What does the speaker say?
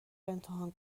امتحان